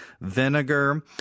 vinegar